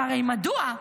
שהרי מדוע,